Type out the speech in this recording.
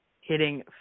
hitting